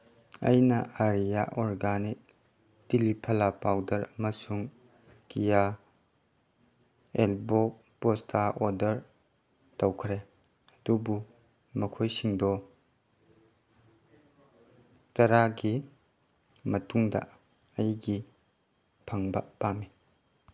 ꯑꯩꯅ ꯑꯥꯔꯤꯌꯥ ꯑꯣꯔꯒꯥꯅꯤꯛ ꯇꯤꯂꯤꯐꯂꯥ ꯄꯥꯎꯗꯔ ꯑꯃꯁꯨꯡ ꯀꯤꯌꯥ ꯑꯦꯜꯕꯣ ꯄꯣꯁꯇꯥ ꯑꯣꯗꯔ ꯇꯧꯈ꯭ꯔꯦ ꯑꯗꯨꯕꯨ ꯃꯈꯣꯏꯁꯤꯡꯗꯣ ꯇꯔꯥꯒꯤ ꯃꯇꯨꯡꯗ ꯑꯩꯒꯤ ꯐꯪꯕ ꯄꯥꯝꯃꯤ